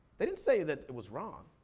they didn't say that it was wrong.